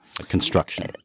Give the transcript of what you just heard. construction